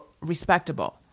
respectable